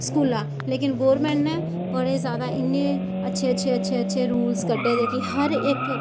स्कूला लेकिन गौरमैंट ने बड़े जैदा इन्ने अच्छे अच्छे अच्छे अच्छे रूल्स कड्ढे दे कि हर इक